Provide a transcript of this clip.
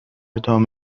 دام